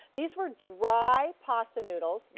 these were dry pasta noodles, yeah